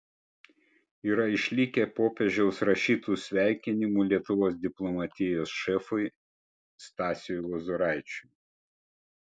yra išlikę popiežiaus rašytų sveikinimų lietuvos diplomatijos šefui stasiui lozoraičiui